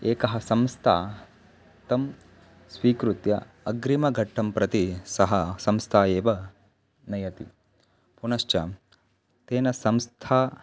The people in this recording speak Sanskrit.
एकः संस्था तं स्वीकृत्य अग्रिमघट्टं प्रति सः संस्था एव नयति पुनश्च तेन संस्था